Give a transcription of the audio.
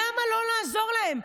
למה לא לעזור להם?